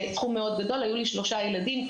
היו לי שלושה ילדים,